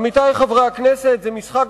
עמיתי חברי הכנסת, זה משחק